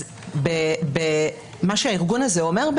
אז מה שהארגון הזה אומר,